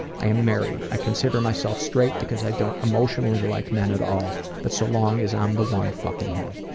i am married. i consider myself straight because i don't emotionally like men at all, but so long as i'm the one fucking him.